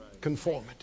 Conformity